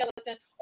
skeleton